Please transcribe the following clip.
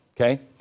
Okay